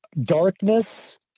darkness